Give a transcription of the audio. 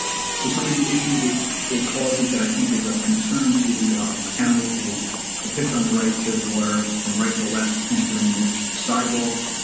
some of the issues it it causes that i think is of concern to the county is the picture on the right shows water from right to left entering the sidewalk.